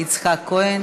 יצחק כהן.